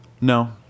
No